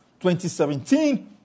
2017